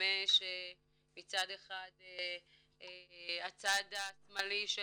נדמה שמצד אחד הצד השמאלי של